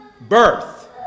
birth